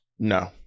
No